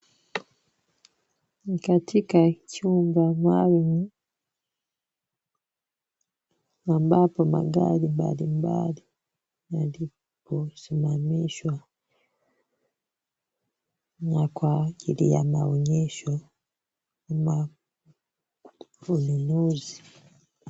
Ni katika chumba maalum ambapo magari mbali mbali yalipo simamishwa na kwa ajili ya maonyesha ama ununuzi.